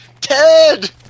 Ted